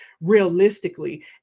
realistically